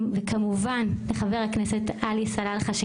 וכמובן לחבר הכנסת עלי סלאלחה,